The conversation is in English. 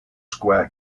square